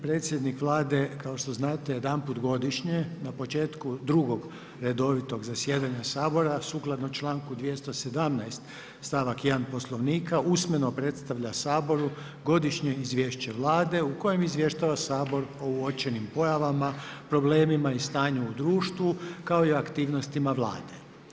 Predsjednik Vlade, kao što znate jedanput godišnje, na početku drugog redovitog zasjedanja Sabora, sukladno članku 2017. stavak 1 Poslovnika usmeno predstavlja Saboru godišnje izvješće Vlade u kojem izvještava Sabor o uočenim pojavama, problemima i stanju u društvu, kao i o aktivnostima Vlade.